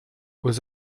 aux